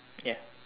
yes